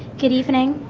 good evening